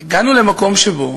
הגענו למקום שבו